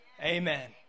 Amen